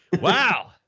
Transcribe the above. Wow